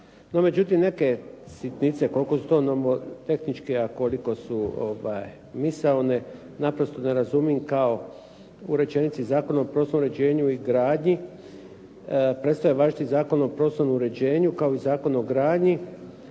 međutim, neke sitnice, koliko su to nomotehničke, a koliko su misaone, naprosto ne razumijem kao u rečenici Zakon o prostornom uređenju i gradnji, prestaje važiti Zakon o prostornom uređenju kao i Zakon o gradnji